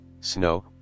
snow